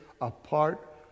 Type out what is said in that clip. apart